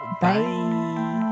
Bye